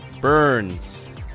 Burns